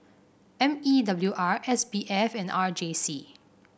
M E W R S B F and R J C